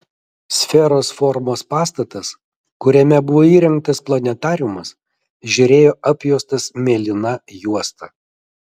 sferos formos pastatas kuriame buvo įrengtas planetariumas žėrėjo apjuostas mėlyna juosta